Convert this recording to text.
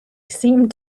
seemed